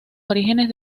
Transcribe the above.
orígenes